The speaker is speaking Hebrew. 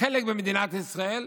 חלק ממדינת ישראל,